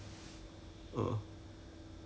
oh !wow! oh that's quite impressive